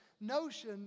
notion